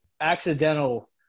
accidental